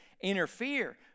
interfere